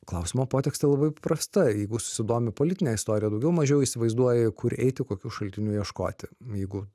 klausimo potekstė labai paprasta jeigu susidomi politine istorija daugiau mažiau įsivaizduoji kur eiti kokių šaltinių ieškoti jeigu